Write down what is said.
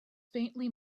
faintly